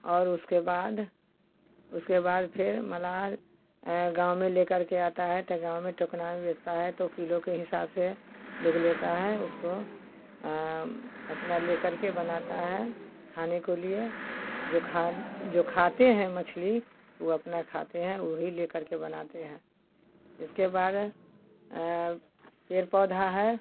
और उसके बाद उसके बाद फिर मलाह गाँव में लेकर के आता है तो गाँव में टोकना में बेचता है तो किलो के हिसाब से लोग लेता है उसको अपना लेकर के बनाता है खाने को लिए जो खा जो खाते हैं मछली ऊ अपना खाते हैं वही लेकर के बनाते हैं इसके बाद पेड़ पौधा है